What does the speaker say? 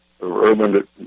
Urban